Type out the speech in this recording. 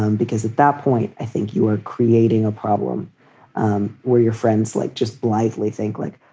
um because at that point i think you are creating a problem um where your friends like just blithely think like,